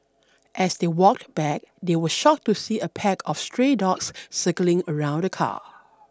as they walked back they were shocked to see a pack of stray dogs circling around the car